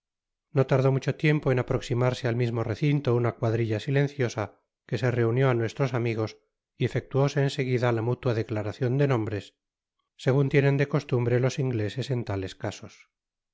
no tardó mucho tiempo en aproximarse al mismo recinto una cuadrilla silenciosa que se reunió á nuestros amigos y efectuóse en seguida la mutua declaracion de nombres segun tienen de costumbre los ingleses en tales casos